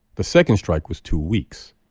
the second strike was two weeks.